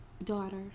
daughter